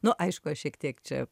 nu aišku aš šiek tiek čia